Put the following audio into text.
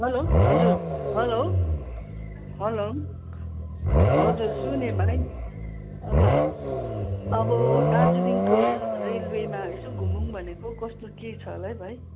hello हजुर hello hello हजुर सुने भाइ अब अब दार्जिलिङको रेलवेमा यसो घुमौँ भनेको कस्तो के छ होला है भाइ